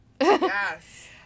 Yes